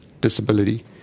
disability